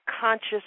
conscious